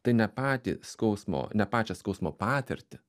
tai ne patį skausmo ne pačią skausmo patirtį